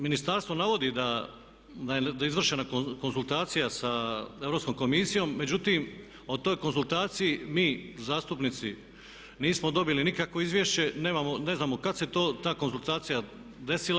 Ministarstvo navodi da je izvršena konzultacija sa Europskom komisijom, međutim, o toj konzultaciji mi zastupnici nismo dobili nikakvo izvješće, ne znamo kad se ta konzultacija desila.